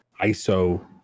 ISO